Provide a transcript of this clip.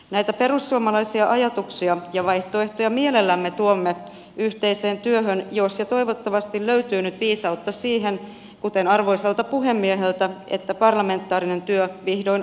näitä perussuomalaisia ajatuksia ja vaihtoehtoja mielellämme tuomme yhteiseen työhön jos ja toivottavasti löytyy nyt viisautta siihen kuten arvoisalta puhemieheltä että parlamentaarinen työ vihdoin aloitetaan